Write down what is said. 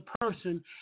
person